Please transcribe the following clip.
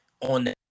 on